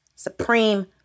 Supreme